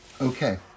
Okay